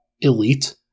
elite